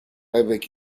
avec